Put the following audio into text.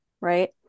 right